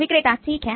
विक्रेता ठीक है